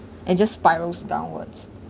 and just spirals downwards